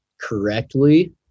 correctly